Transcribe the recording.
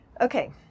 Okay